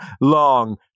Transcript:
long